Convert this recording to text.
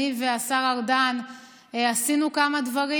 אני והשר ארדן עשינו כמה דברים,